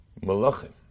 malachim